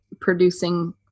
producing